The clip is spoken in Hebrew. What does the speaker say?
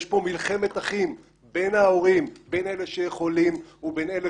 יש פה מלחמת אחים בין אלה שיכולים ובין אלה,